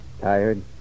Tired